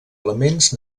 elements